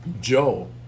Joe